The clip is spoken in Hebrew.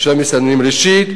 ראשית,